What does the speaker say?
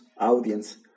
audience